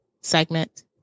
segment